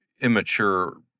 immature